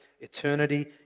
eternity